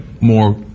more